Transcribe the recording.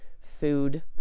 food